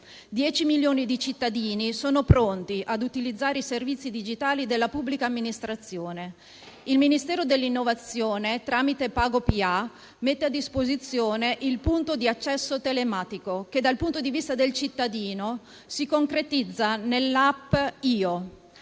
10 milioni di cittadini sono pronti ad utilizzare i servizi digitali della pubblica amministrazione. Il Ministero per l'innovazione tecnologica e la digitalizzazione, tramite PagoPA, mette a disposizione il punto di accesso telematico che, dal punto di vista del cittadino, si concretizza nell'app IO.